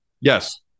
yes